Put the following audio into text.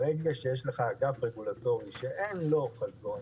ברגע שיש אגף רגולטורי שאין לו חזון,